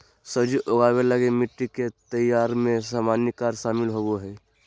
सब्जी उगाबे लगी मिटटी के तैयारी में सामान्य कार्य शामिल होबो हइ